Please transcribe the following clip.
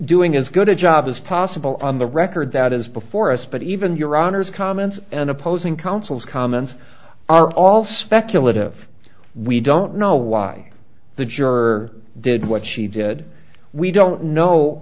doing as good a job as possible on the record that is before us but even your honour's comments and opposing counsel comments are all speculative we don't know why the juror did what she did we don't know